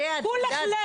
הרי את יודעת,